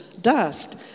dust